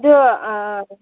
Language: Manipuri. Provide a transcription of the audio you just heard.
ꯑꯗꯨ